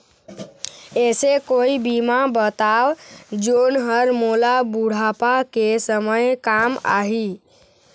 ऐसे कोई बीमा बताव जोन हर मोला बुढ़ापा के समय काम आही?